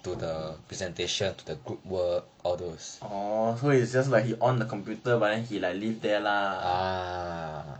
orh so it's just like he on the computer but then he like leave there lah